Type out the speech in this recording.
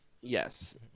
Yes